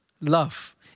Love